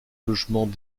logements